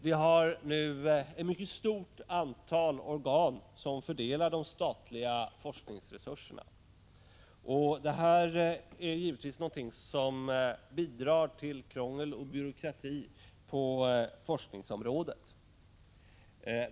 Det är nu ett mycket stort antal organ som fördelar de statliga forskningsresurserna, och det bidrar naturligtvis till krångel och byråkrati på forskningsområdet.